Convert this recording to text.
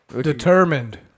Determined